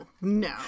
no